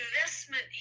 investment